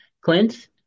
Clint